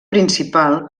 principal